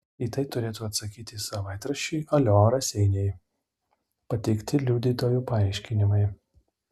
į tai turėtų atsakyti savaitraščiui alio raseiniai pateikti liudytojų paaiškinimai